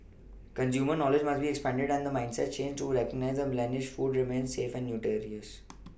consumer knowledge must be expanded and mindsets changed to recognise that blemished food remains safe and nutritious